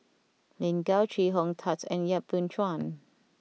Lin Gao Chee Hong Tat and Yap Boon Chuan